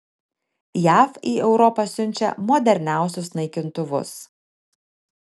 jav į europą siunčia moderniausius naikintuvus